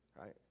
right